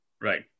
Right